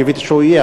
קיוויתי שהוא יהיה,